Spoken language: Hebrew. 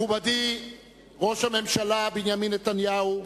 מכובדי ראש הממשלה בנימין נתניהו,